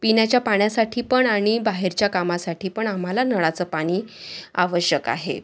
पिण्याच्या पाण्यासाठी पण आणि बाहेरच्या कामासाठी पण आम्हाला नळाचं पाणी आवश्यक आहे